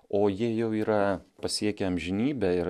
o jie jau yra pasiekę amžinybę ir